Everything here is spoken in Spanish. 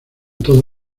toda